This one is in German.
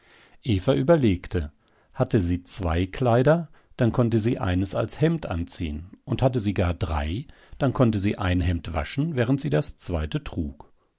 eva überlegte hatte sie zwei kleider dann konnte sie eines als hemd anziehen und hatte sie gar drei dann konnte sie ein hemd waschen während sie das zweite trug